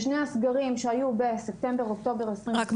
בשני הסגרים שהיו בספטמבר-אוקטובר 2020 -- (היו"ר שרן השכל,